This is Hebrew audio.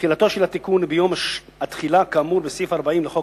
תחילתו של התיקון ביום התחילה כאמור בסעיף 40 לחוק,